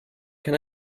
can